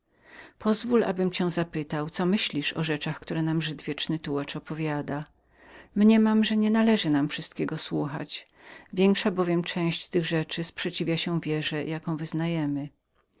pozwól abym zapytał cię co myślisz o rzeczach które nam żyd wieczny tułacz opowiada mniemam że nienależy nam wszystkiego słuchać większa bowiem część tych rzeczy sprzeciwia się wierze jaką wyznajemy